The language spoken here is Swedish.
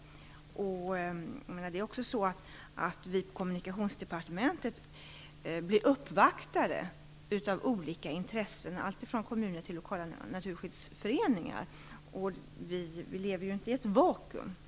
På Kommunikationsdepartementet blir vi uppvaktade av olika intressenter, alltifrån kommuner till lokala naturskyddsföreningar. Vi lever ju inte i ett vakuum.